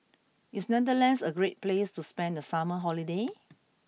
is Netherlands a great place to spend the summer holiday